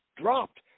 dropped